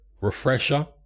refresher